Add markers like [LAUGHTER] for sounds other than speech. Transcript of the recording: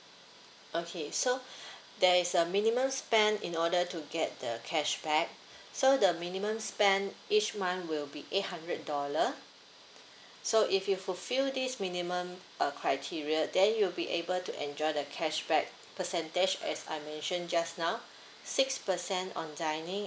okay so [BREATH] there's a minimum spend in order to get the cashback so the minimum spend each month will be eight hundred dollar so if you fulfill this minimum uh criteria then you'll be able to enjoy the cashback percentage as I mentioned just now six percent on dining